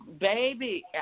Baby